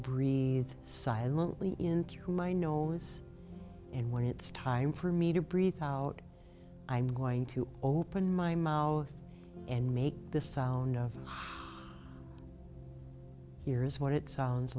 breathe silently into my nose and when it's time for me to breath out i'm going to open my mouth and make this sound of here's what it sounds